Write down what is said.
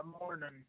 morning